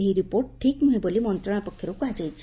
ଏହି ରିପୋର୍ଟ ଠିକ୍ ନୁହେଁ ବୋଲି ମନ୍ତ୍ରଣାଳୟ ପକ୍ଷରୁ କୁହାଯାଇଛି